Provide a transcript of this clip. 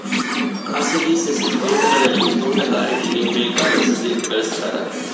ಖಾಸಗಿ ಸಸಿ ತೋಟಗಳಲ್ಲಿ ತೋಟಗಾರಿಕೆಗೆ ಬೇಕಾದ ಸಸಿ ಬೆಳೆಸ್ತಾರ